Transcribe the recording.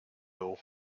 rule